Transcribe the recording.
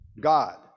God